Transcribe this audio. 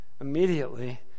Immediately